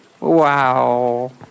Wow